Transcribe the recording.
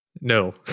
No